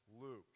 Luke